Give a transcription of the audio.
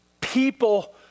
people